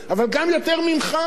אבל גם יותר ממך?